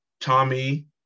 Tommy